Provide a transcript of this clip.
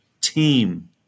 team